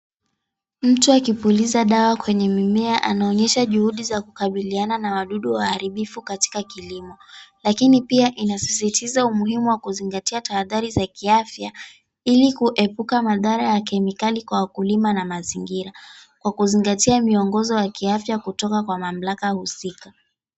Mtu akipuliza dawa kwenye mimea anaonyesha juhudi za kukabiliana na wadudu waharibifu katika kilimo, lakini pia inasisitiza umuhimu wa kuzingatia tahadhari za kiafya ili kuepuka madhara ya kemikali kwa wakulima na mazingira kwa kuzingatia miongozo ya kiafya kutoka kwa mamlaka husika.